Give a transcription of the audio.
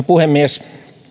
puhemies